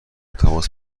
تماس